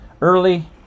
early